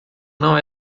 não